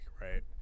right